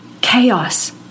chaos